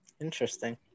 Interesting